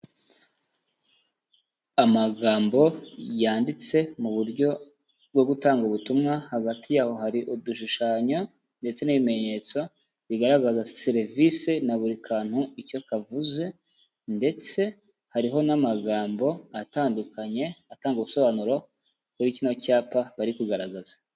Amagambo yanditse mu buryo bwo gutanga ubutumwa, hagati yaho hari udushushanyo ndetse n'ibimenyetso bigaragaza serivisi na buri kantu icyo kavuze ndetse hariho n'amagambo atandukanye, atanga ubusobanuro kuri kino cyapa bari kugaragaza.